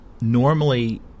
normally